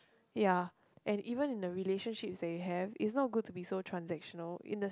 ya and even in the relationships they have it's not good to be so transactional in the